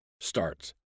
starts